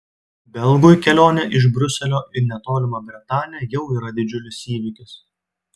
belgui kelionė iš briuselio į netolimą bretanę jau yra didžiulis įvykis